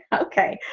okay.